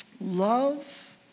Love